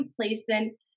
complacent